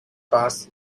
boss